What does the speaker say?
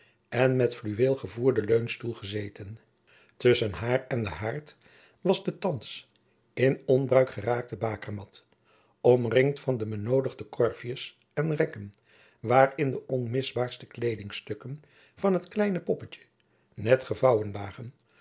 en met fluweel gevoerde leunstoel gezeten tusschen haar en den haard was de thands in onbruik geraakte bakermat omringd van de benoodigde korfjens en rekken waarin de onmisbaarste kleedingstukken van het kleine poppetje net gevouwen lagen